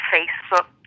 Facebook